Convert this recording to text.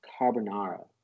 carbonara